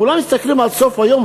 כולם מסתכלים על סוף היום,